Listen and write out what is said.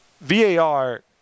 VAR